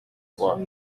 voix